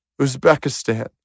Uzbekistan